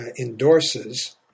endorses